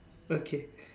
okay